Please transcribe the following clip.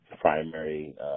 primary